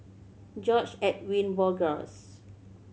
George Edwin Bogaars